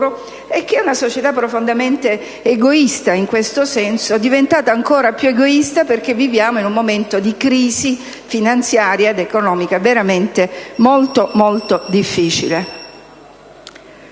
È una società profondamente egoista in questo senso, diventata ancora più egoista perché viviamo in un momento di crisi finanziaria ed economica veramente molto difficile.